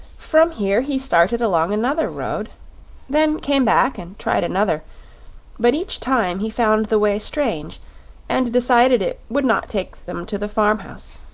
from here he started along another road then came back and tried another but each time he found the way strange and decided it would not take them to the farm-house.